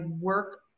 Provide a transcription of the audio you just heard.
work